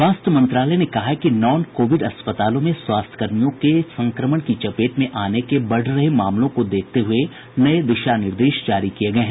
स्वास्थ्य मंत्रालय ने कहा है कि नॉन कोविड अस्पतालों में स्वास्थ्य कर्मियों को संक्रमण की चपेट में आने के बढ़ रहे मामलों को देखते हुये नये दिशा निर्देश जारी किये गये हैं